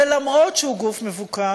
ולמרות העובדה שהוא גוף מבוקר,